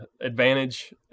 advantage